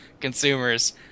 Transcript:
consumers